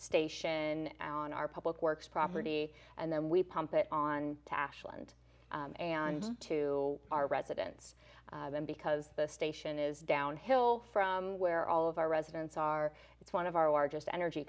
station on our public works property and then we pump it on tash land and to our residents then because the station is downhill from where all of our residents are it's one of our largest energy